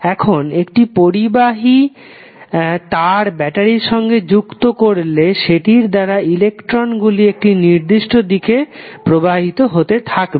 এখন একটি পরিবাহী তার ব্যাটারির সঙ্গে যুক্ত করলে সেটির দ্বারা ইলেকট্রন গুলি একটি নির্দিষ্ট দিকে প্রবাহিত হতে থাকবে